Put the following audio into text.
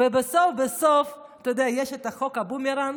בסוף בסוף, אתה יודע, יש את חוק הבומרנג.